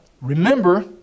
remember